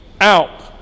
out